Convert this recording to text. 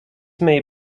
may